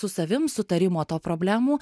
su savim sutarimo to problemų